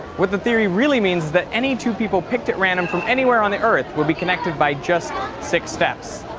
what the theory really means is that any two people picked at random from anywhere on the earth would be connected by just six steps.